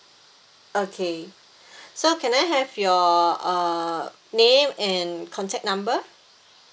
okay so can I have your uh name and contact number